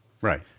right